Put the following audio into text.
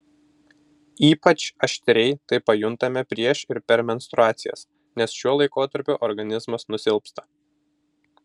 ypač aštriai tai pajuntame prieš ir per menstruacijas nes šiuo laikotarpiu organizmas nusilpsta